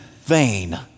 vain